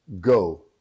Go